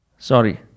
Sorry